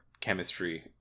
chemistry